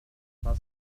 was